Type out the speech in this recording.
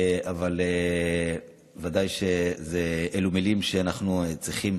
אבל ודאי שאלו מילים שאנחנו צריכים